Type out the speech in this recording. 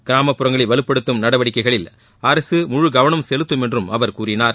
கிராமப்புறங்களை வலுப்படுத்தும் நடவடிக்கைகளில் அரசு முழு கவனம் செலுத்தும் என்றும் அவர் கூறினார்